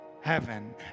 heaven